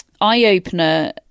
eye-opener